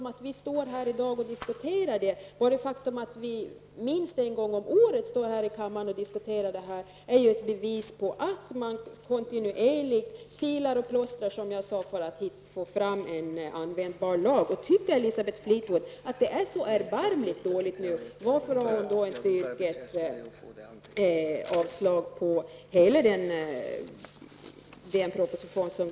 Men bara det faktum att vi i dag i denna kammare diskuterar dessa saker och att vi minst en gång om året för sådana här diskussioner är ju bevis för att vi kontinuerligt filar och plåstrar, som jag tidigare har sagt, i syfte att få fram en användbar lag. Om Elisabeth Fleetwood tycker att det är så erbarmligt dåligt nu, varför har hon då inte yrkat avslag på hela den aktuella propositionen?